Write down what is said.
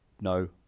no